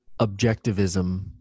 objectivism